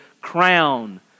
crown